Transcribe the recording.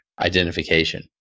identification